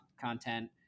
content